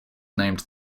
named